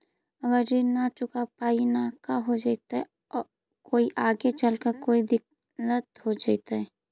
अगर ऋण न चुका पाई न का हो जयती, कोई आगे चलकर कोई दिलत हो जयती?